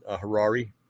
harari